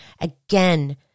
Again